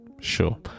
sure